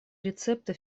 рецепты